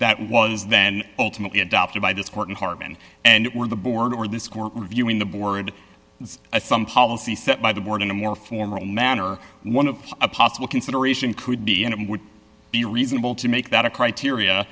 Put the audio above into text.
that was then ultimately adopted by this court hartmann and were the board or this court reviewing the board as some policy set by the board in a more formal manner one of a possible consideration could be and it would be reasonable to make that a criteria